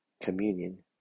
communion